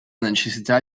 necessità